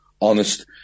honest